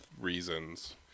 reasons